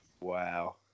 Wow